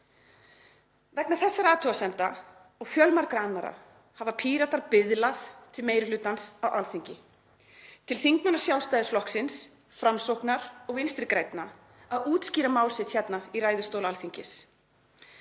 Vegna þessara athugasemda og fjölmargra annarra hafa Píratar biðlað til meiri hlutans á Alþingi, til þingmanna Sjálfstæðisflokksins, Framsóknar og Vinstri grænna, að útskýra mál sitt hérna í ræðustóli Alþingis.